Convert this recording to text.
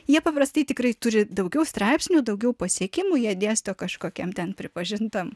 jie paprastai tikrai turi daugiau straipsnių daugiau pasiekimų jei dėsto kažkokiam ten pripažintam